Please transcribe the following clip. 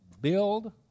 build